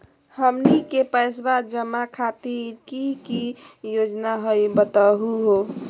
हमनी के पैसवा जमा खातीर की की योजना हई बतहु हो?